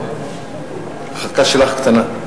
החכה שלך קטנה.